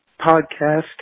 podcast